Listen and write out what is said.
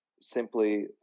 simply